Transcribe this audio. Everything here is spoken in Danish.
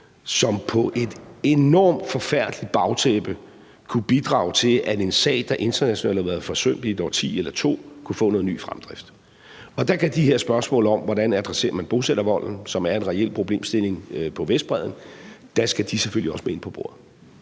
som på et enormt forfærdeligt bagtæppe ville kunne bidrage til, at en sag, der internationalt har været forsømt i et årti eller to, kunne få en ny fremdrift. Der skal de her spørgsmål om, hvordan man adresserer bosættervolden, som er en reel problemstilling på Vestbredden, selvfølgelig også med ind på bordet.